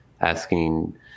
asking